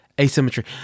Asymmetry